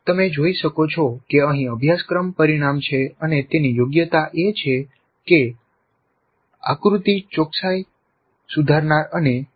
તમે જોઈ શકો છો કે અહીં અભ્યાસક્રમ પરિણામ છે અને તેની યોગ્યતા એ છે કે આકૃતિ ચોકસાઇ સુધારનાર અને ડી